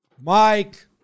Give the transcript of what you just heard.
Mike